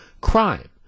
crime